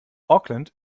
auckland